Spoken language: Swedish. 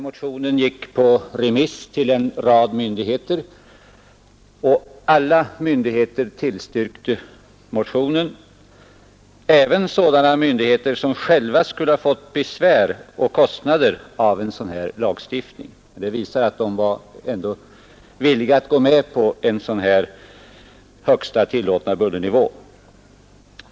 Motionen gick på remiss till en rad myndigheter, och alla myndigheter tillstyrkte motionen, även sådana myndigheter som själva skulle ha fått besvär och kostnader genom en lagstiftning av detta slag. Det visar att de ändå var villiga att gå med på en högsta tillåtna bullernivå.